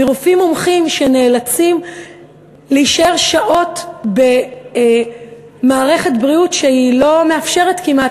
מרופאים מומחים שנאלצים להישאר שעות במערכת בריאות שלא מאפשרת כמעט